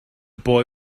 boy